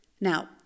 Now